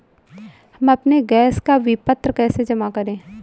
हम अपने गैस का विपत्र कैसे जमा करें?